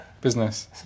business